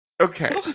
Okay